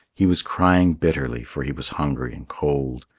he was crying bitterly, for he was hungry and cold.